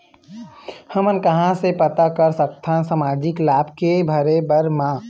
हमन कहां से पता कर सकथन सामाजिक लाभ के भरे बर मा?